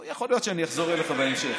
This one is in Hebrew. יכול להיות שאחזור אליך בהמשך.